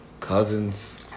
Cousins